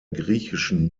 griechischen